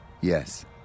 Yes